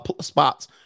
spots